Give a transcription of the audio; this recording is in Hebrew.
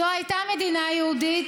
זו הייתה מדינה יהודית,